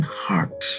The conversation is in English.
heart